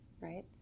right